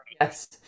yes